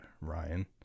Ryan